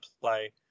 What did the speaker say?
play